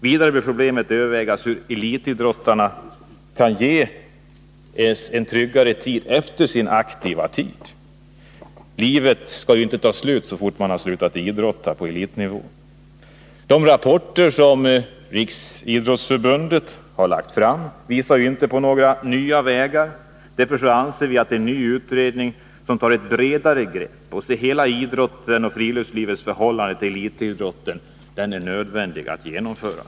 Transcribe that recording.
Vidare bör problemet övervägas hur elitidrottarna kan ges större trygghet efter sin aktiva tid. Livet skall ju inte ”ta slut” så snart man har slutat idrotta på elitnivå. De rapporter som Riksidrottsförbundet har lagt fram visar inte på några nya vägar. Därför anser vi att en ny utredning som tar ett bredare grepp och ser till hela idrotten och friluftslivets förhållande till elitidrotten måste genomföras.